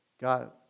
God